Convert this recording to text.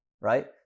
right